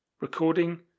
Recording